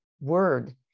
word